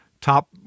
top